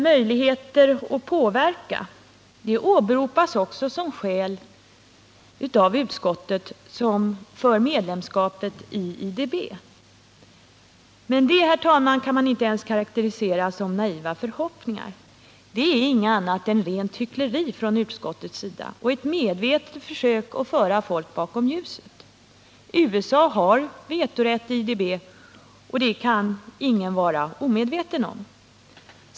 Möjligheterna att påverka åberopas också av utskottet som skäl för medlemskapet i IDB. Men det kan man inte ens karakterisera som naiva förhoppningar — detta är inget annat än rent hyckleri från utskottets sida och ett medvetet försök att föra folk bakom ljuset. USA har vetorätt i IDB, och det kan ingen vara omedveten om.